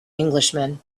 englishman